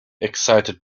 excited